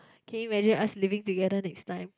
can you imagine us living together next time